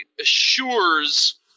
assures